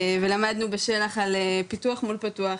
ולמדנו בשל"ח על פיתוח מול פתוח,